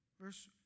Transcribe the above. Verse